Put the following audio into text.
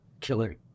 killer